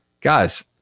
guys –